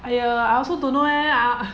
!aiya! I also don't know eh ah